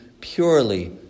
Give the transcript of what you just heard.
purely